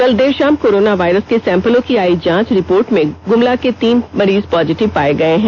कल देर शाम कोरोना वायरस के सैंपलों की आई जांच रिपोर्ट में गुमला के तीन मरीज पॉजिटिव पाए गए हैं